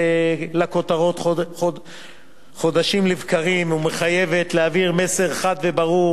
לכותרות חדשות לבקרים ומחייבת להעביר מסר חד וברור